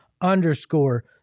underscore